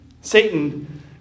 Satan